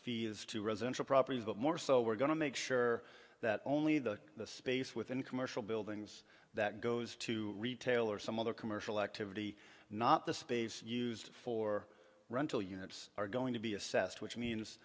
fees to residential properties but more so we're going to make sure that only the space within commercial buildings that goes to retail or some other commercial activity not the space used for rental units are going to be assessed which means